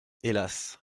hélas